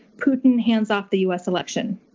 putin, hands off the u. s. election,